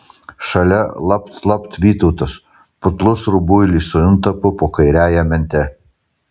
šalia lapt lapt vytautas putlus rubuilis su intapu po kairiąja mente